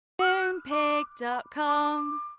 Moonpig.com